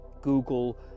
Google